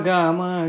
Gama